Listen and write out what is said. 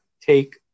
take